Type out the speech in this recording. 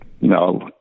No